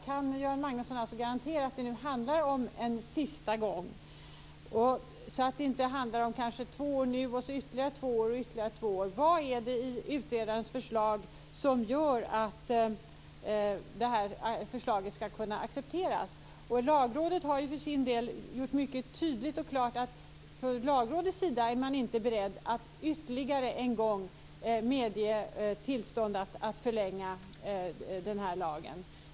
Kan Göran Magnusson garantera att det nu handlar om en sista gång, så att det inte blir två år nu, sedan ytterligare två år och två år till? Vad är det i utredarens förslag som gör att förslaget skall kunna accepteras? Lagrådet har för sin del gjort mycket tydligt och klart att man från dess sida inte är beredd att ytterligare en gång medge tillstånd att förlänga lagen.